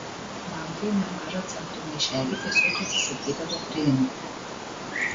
bankai nemažą centų maišelį tiesiog atsisakydavo priimti